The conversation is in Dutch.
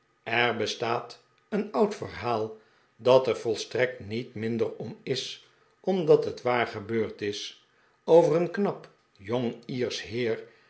er bestaat een oud verhaal dat er volstrekt niet minder om is omdat het waar gebeurd jp over een knap jong lersch heer